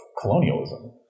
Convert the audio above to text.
colonialism